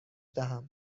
دهم